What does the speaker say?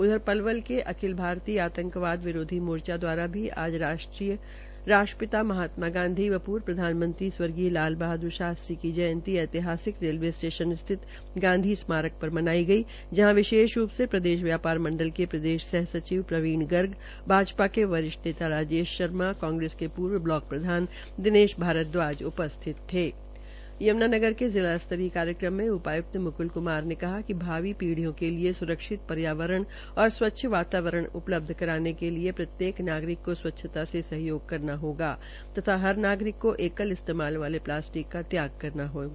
उधर लवल में अखिल भारतीय आंतकवाद विरोधी मोर्चा द्वारा भी आज राष्ट्रपिता महात्मा गांधी व पूर्व प्रधानी स्वर्गीय लाल बहाद्र शास्त्री की जयंती ऐतिहासिक रेलवे स्टेशन स्थित गांधी स्मारक धर मनाई गई जहां विशेष रू से प्रदेश प्या ार मंडल के प्रदेश सह सचिव प्रवीण गर्ग भाज ा के वरिष्ठ नेता राजेश शर्मा कांग्रेस के पूर्व ब्लॉक प्रधान दिनेश भारद्वाज यमुनानगर के जिला स्तरीय कार्यक्रम में उपायुक्त मुकुल कुमार ने कहा कि भावी पीढियों के लिये सुरक्षित र्यावरण और स्वच्छ वातावरण उ लब्ध कराने के लिए प्रत्येक नागरिक को स्वच्छता में सहयोग करना चाहिए तथ हर नागरिक को एकल इस्तेमाल वाले प्लास्टिक का त्याग करना चाहिए